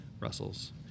Russell's